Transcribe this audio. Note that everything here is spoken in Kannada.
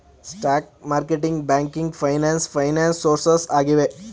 stock marketing, banking finance finance sources ಆಗಿವೆ